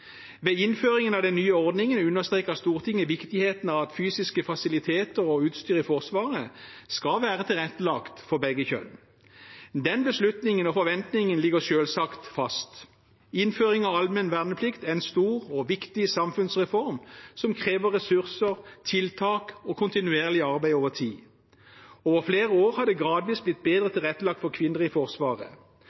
Ved innføringen av den nye ordningen understreket Stortinget viktigheten av at fysiske fasiliteter og utstyr i Forsvaret skal være tilrettelagt for begge kjønn. Den beslutningen og forventningen ligger selvsagt fast. Innføring av allmenn verneplikt er en stor og viktig samfunnsreform, som krever ressurser, tiltak og kontinuerlig arbeid over tid. Over flere år har det gradvis blitt bedre tilrettelagt for kvinner i Forsvaret.